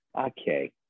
Okay